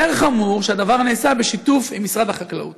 יותר חמור, הדבר נעשה בשיתוף עם משרד החקלאות.